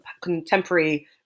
contemporary